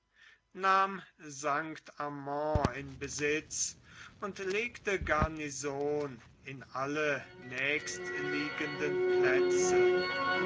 nahm st amand in besitz und legte garnison in alle nächstliegenden plätze